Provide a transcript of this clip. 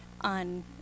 on